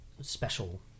special